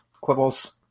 quibbles